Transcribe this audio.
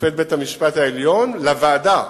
שופט בית-המשפט העליון, לוועדה.